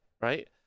right